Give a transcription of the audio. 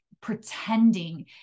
pretending